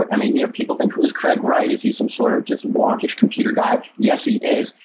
but i mean, you know, people think who's craig, right? is he some sort of just walkish computer guy? yes, he is.